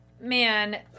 Man